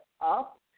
up